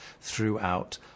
throughout